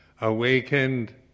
awakened